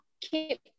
keep